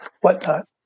whatnot